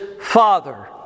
Father